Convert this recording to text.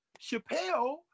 Chappelle